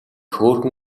хөөрхөн